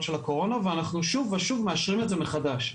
הקורונה ואנחנו שוב ושוב מאשרים את זה מחדש.